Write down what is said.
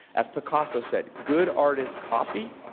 as picasso said, good artists copy,